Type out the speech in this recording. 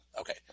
Okay